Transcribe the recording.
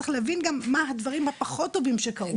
צריך להבין גם מה הדברים הפחות טובים שקרו.